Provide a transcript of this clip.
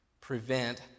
prevent